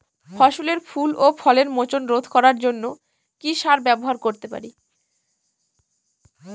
ফসলের ফুল ও ফলের মোচন রোধ করার জন্য কি সার ব্যবহার করতে পারি?